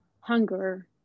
hunger